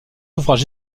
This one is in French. ouvrages